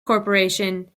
corporation